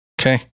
Okay